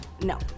no